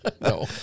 No